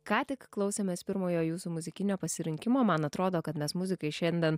ką tik klausėmės pirmojo jūsų muzikinio pasirinkimo man atrodo kad mes muzikai šiandien